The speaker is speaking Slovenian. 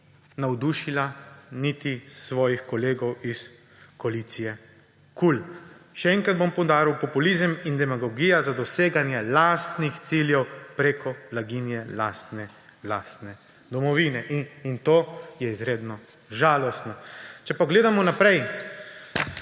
navdušila niti svojih kolegov iz koalicije KUL. Še enkrat bom poudaril, populizem in demagogija za doseganje lastnih ciljev preko blaginje lastne domovine. In to je izredno žalostno. Če pogledamo naprej,